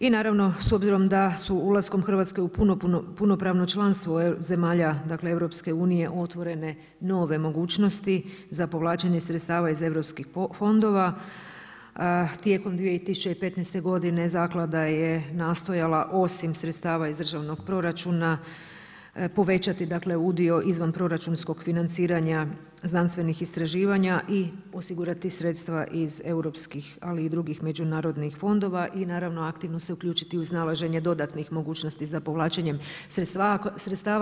I naravno s obzirom da su ulaskom Hrvatske u punopravno članstvo zemalja, dakle Europske unije otvorene nove mogućnost za povlačenje sredstava iz Europskih fondova Tijekom 2015. godine zaklada je nastojala osim sredstava iz državnog proračuna povećati dakle udio izvanproračunskog financiranja znanstvenih istraživanja i osigurati sredstva iz europskih ali i drugih međunarodnih fondova i naravno aktivno se uključiti u iznalaženje dodatnih mogućnosti za povlačenjem sredstva.